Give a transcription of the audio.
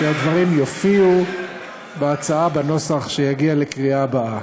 שהדברים יופיעו בהצעה בנוסח שיגיע לקריאה הבא.